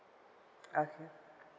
okay